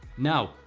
now,